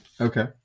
Okay